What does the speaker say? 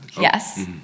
Yes